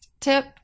tip